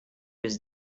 was